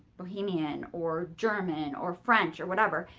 bohemian or german or french or whatever,